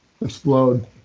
explode